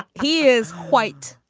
he is white.